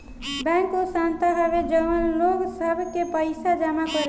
bank उ संस्था हवे जवन लोग सब के पइसा जमा करेला